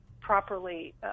properly